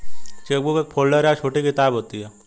chequebook एक folder या छोटी किताब होती है